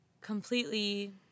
completely